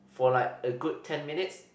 for like a good ten minutes